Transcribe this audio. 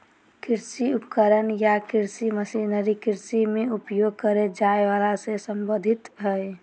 कृषि उपकरण या कृषि मशीनरी कृषि मे उपयोग करे जाए वला से संबंधित हई